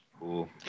Cool